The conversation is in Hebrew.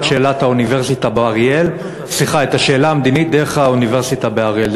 השאלה המדינית דרך האוניברסיטה באריאל.